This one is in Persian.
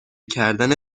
کردن